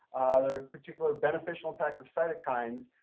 there are particular beneficial impacts of cytokines,